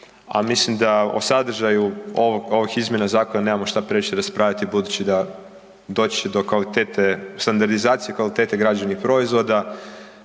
a mislim da o sadržaju ovog, ovih izmjena zakona nemamo šta previše raspravljati budući da, doći će do kvalitete, standardizacije kvalitete građevnih proizvoda.